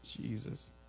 Jesus